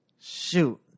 Shoot